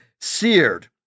seared